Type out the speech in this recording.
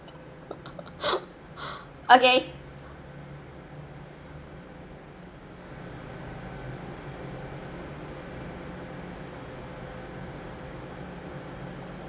okay